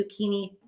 zucchini